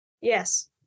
Yes